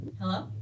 Hello